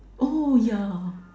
oh ya